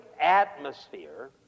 atmosphere